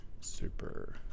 Super